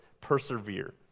persevere